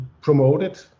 promoted